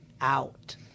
out